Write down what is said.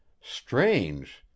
strange